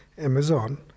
Amazon